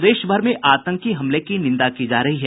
प्रदेश भर में आतंकी हमले की निंदा की जा रही है